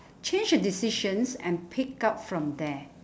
change a decisions and pick up from there